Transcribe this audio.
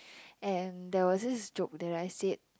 and there was this joke that I said